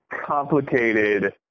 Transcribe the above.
complicated